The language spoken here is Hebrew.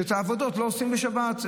שאת העבודות לא עושים בשבת.